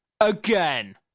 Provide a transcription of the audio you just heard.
again